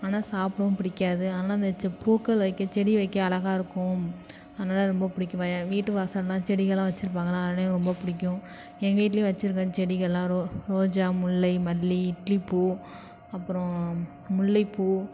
ஆனால் சாப்பிடவும் பிடிக்காது அதனால அந்த செ பூக்கள் வைக்க செடி வைக்க அழகா இருக்கும் அதனால ரொம்ப பிடிக்கும் வ வீட்டு வாசல்லாம் செடிங்கதான் வச்சிருப்பாங்கஅதனால எனக்கு ரொம்ப பிடிக்கும் எங்கள் வீட்டிலியும் வச்சுருக்கேன் செடிங்கள்லாம் ரோ ரோஜா முல்லை மல்லி இட்லி பூ அப்பறம் முல்லைப் பூ